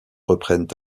reprennent